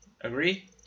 Agree